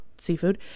seafood